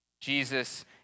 Jesus